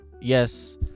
yes